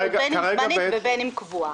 בין אם זמנית ובין אם קבועה.